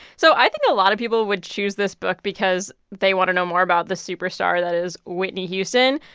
so i think a lot of people would choose this book because they want to know more about the superstar that is whitney houston,